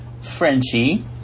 Frenchie